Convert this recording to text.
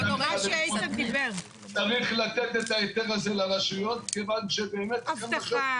נצטרך לתת את ההיתר הזה לרשויות מכיוון --- אבטחה